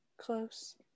close